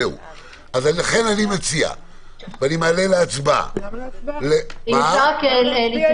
לכן אני מציע ומעלה להצבעה --- למה להצביע אם לא